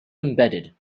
embedded